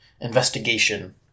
investigation